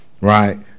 right